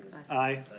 aye.